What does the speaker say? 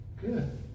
Good